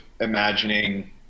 imagining